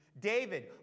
David